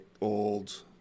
old